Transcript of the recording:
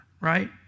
right